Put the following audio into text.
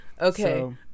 okay